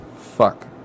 Fuck